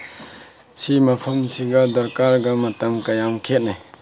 ꯁꯤ ꯃꯐꯝꯁꯤꯒ ꯗꯔꯀꯥꯔꯒ ꯃꯇꯝ ꯀꯌꯥꯝ ꯈꯦꯅꯩ